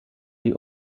die